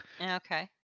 Okay